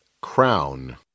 crown